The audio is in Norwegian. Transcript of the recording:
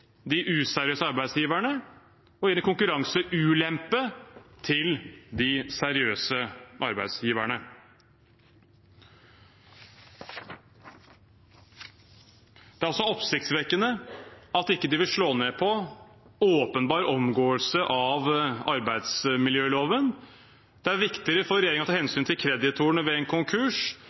de useriøse arbeidsgiverne og gir en konkurranseulempe til de seriøse arbeidsgiverne. Det er oppsiktsvekkende at de ikke vil slå ned på åpenbar omgåelse av arbeidsmiljøloven. Det er viktigere for regjeringen å ta hensyn til kreditorene ved en konkurs